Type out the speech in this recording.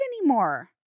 anymore